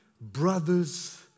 Brothers